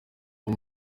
nko